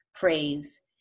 praise